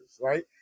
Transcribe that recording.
right